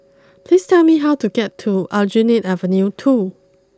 please tell me how to get to Aljunied Avenue two